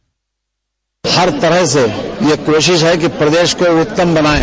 bite इस तरह से यह कोशश है कि प्रदेश को उत्तम बनायें